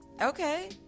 Okay